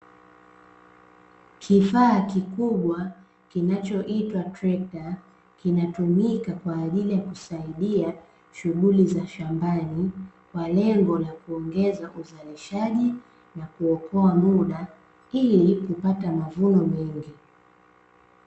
Kifaa kikubwa kinachoitwa trekta, kinatumika kwa ajili ya kusaidia shughuli za shambani, kwa lengo la kuongeza uzalishaji na kuokoa muda ili kupata mavuno mengi.